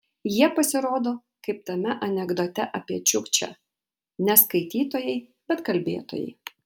jie pasirodo kaip tame anekdote apie čiukčę ne skaitytojai bet kalbėtojai